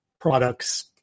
products